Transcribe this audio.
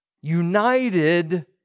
United